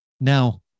Now